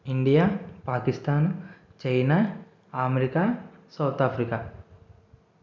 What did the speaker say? India Pakistan China America South ఆ ఫ్రికా